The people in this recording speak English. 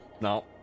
No